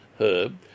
herb